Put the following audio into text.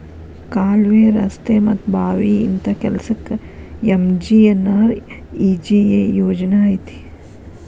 ಕಾಲ್ವೆ, ರಸ್ತೆ ಮತ್ತ ಬಾವಿ ಇಂತ ಕೆಲ್ಸಕ್ಕ ಎಂ.ಜಿ.ಎನ್.ಆರ್.ಇ.ಜಿ.ಎ ಯೋಜನಾ ಐತಿ